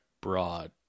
broad